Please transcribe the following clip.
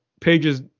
pages